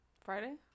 Friday